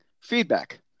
feedback